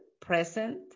present